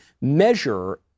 measure